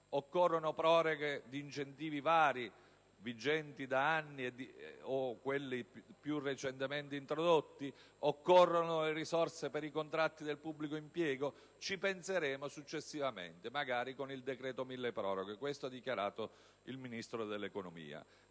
Occorrono proroghe di incentivi vari vigenti da anni o di quelli più recentemente introdotti? Occorrono le risorse per i contratti del pubblico impiego? Ci penseremo successivamente, magari con il decreto milleproroghe: questo ha dichiarato il Ministro dell'economia.